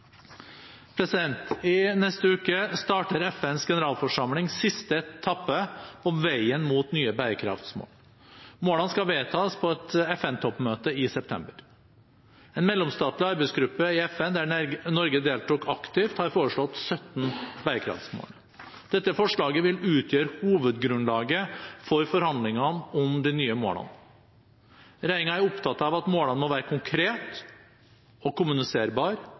Neste uke starter FNs generalforsamling siste etappe på veien mot nye bærekraftmål. Målene skal vedtas på et FN-toppmøte i september. En mellomstatlig arbeidsgruppe i FN, der Norge deltok aktivt, har foreslått 17 bærekraftmål. Dette forslaget vil utgjøre hovedgrunnlaget for forhandlingene om de nye målene. Regjeringen er opptatt av at målene må være konkrete og kommuniserbare,